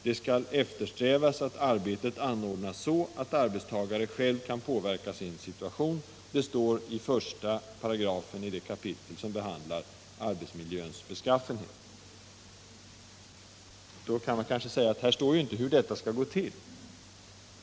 Det skall eftersträvas att arbetet anordnas så, att arbetstagare själv kan påverka sin arbetssituation.” Detta står i första paragrafen av det kapitel som behandlar arbetsmiljöns beskaffenhet. Man kan kanske invända att det inte står hur detta skall gå till.